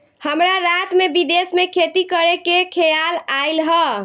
हमरा रात में विदेश में खेती करे के खेआल आइल ह